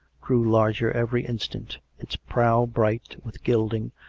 grew larger every instant, its prow bright with gilding,